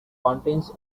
contains